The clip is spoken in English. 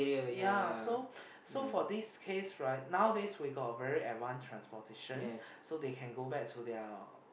ya so so for this case right nowadays we got very advance transportation so they can go back to their